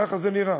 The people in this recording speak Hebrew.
ככה זה נראה,